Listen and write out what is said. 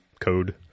code